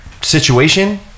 situation